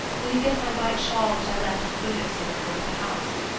will you get my white shawl which i left on the window-sill over at the house?